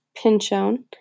Pinchon